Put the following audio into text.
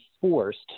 forced